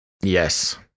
Yes